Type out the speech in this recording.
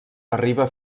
arriba